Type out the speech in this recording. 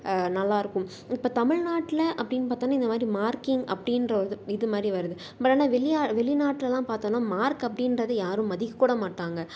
நல்லாயிருக்கும் இப்ப தமிழ்நாட்டில் அப்படின்னு பார்த்தோன்னா இந்த மாதிரி மார்க்கிங் அப்படின்ற ஒரு இது இதுமாதிரி வருது பட் ஆனால் வெளி ஆள் வெளி நாட்டிலலாம் பார்த்தோன்னா மார்க் அப்படின்றத யாரும் மதிக்க கூட மாட்டாங்க